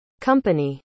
company